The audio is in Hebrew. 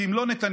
כי אם לא נתניהו,